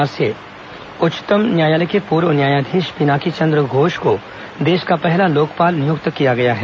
लोकपाल नियुक्त उच्चतम न्यायालय के पूर्व न्यायाधीश पिनाकी चंद्र घोष को देश का पहला लोकपाल नियुक्त किया गया है